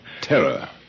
Terror